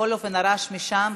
בכל אופן, הרעש משם.